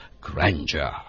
grandeur